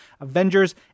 Avengers